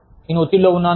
నేను ఒత్తిడిలో ఉన్నాను